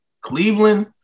Cleveland